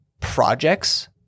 projects